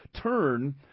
turn